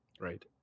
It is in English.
Right